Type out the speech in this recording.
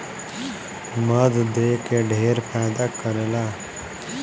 मध देह के ढेर फायदा करेला